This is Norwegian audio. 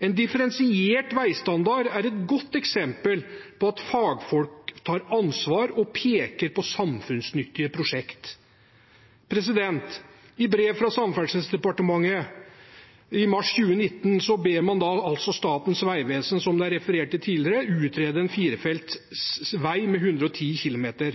En differensiert veistandard er et godt eksempel på at fagfolk tar ansvar og peker på samfunnsnyttige prosjekt. I brev fra Samferdselsdepartementet i mars 2019 ba man Statens vegvesen, som det har blitt referert til tidligere, utrede en firefeltsvei med 110 km/t. Det skal utredes hvordan en slik vei